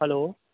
hello